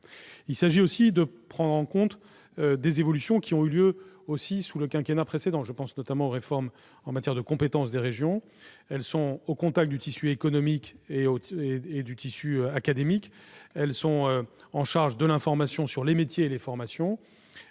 Il s'agit également de prendre en compte des évolutions qui ont eu lieu sous le quinquennat précédent. Je pense notamment aux réformes en matière de compétences des régions. Au contact du tissu tant économique qu'académique, ces dernières sont chargées de l'information sur les métiers et les formations.